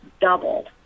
doubled